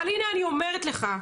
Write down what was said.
והנה אני אומרת לך,